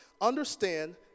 Understand